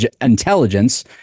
intelligence